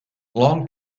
long